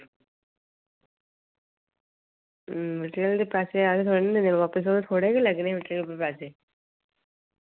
मतलब एह् पैसे आए दे थोह्ड़े ना बापस होने उत्थें थुआढ़े गै लग्गने न पैसे